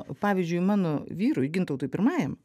pavyzdžiui mano vyrui gintautui pirmajam